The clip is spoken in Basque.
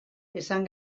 esan